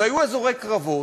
אלו היו אזורי קרבות,